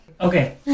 Okay